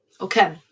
Okay